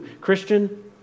Christian